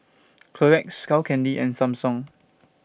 Clorox Skull Candy and Samsung